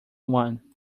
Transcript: one